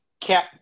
Cap